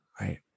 Right